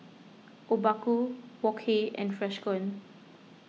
Obaku Wok Hey and Freshkon